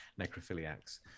necrophiliacs